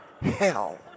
hell